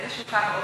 איזשהו קו אופק,